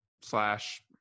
slash